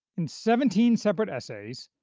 in seventeen separate essays,